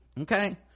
okay